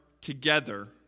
together